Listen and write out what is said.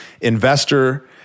investor